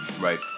Right